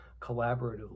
collaboratively